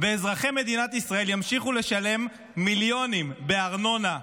ואזרחי מדינת ישראל ימשיכו לשלם מיליונים בארנונה לאונר"א,